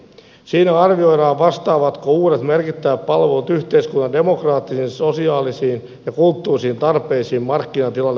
siinä arvioidaan vastaavatko uudet merkittävät palvelut yhteiskunnan demokraattisiin sosiaalisiin ja kulttuurillisiin tarpeisiin markkinatilanne huomioon ottaen